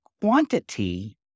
quantity